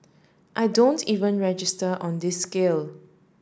I don't even register on this scale